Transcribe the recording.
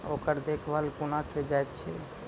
ओकर देखभाल कुना केल जायत अछि?